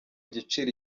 giciro